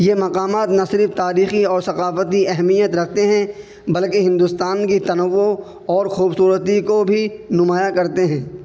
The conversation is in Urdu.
یہ مقامات نہ صرف تاریخی اور ثقافتی اہمیت رکھتے ہیں بلکہ ہندوستان کی تنوع اور خوبصورتی کو بھی نمایاں کرتے ہیں